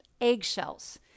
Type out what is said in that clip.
eggshells